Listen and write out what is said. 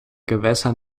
gewässer